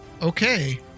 Okay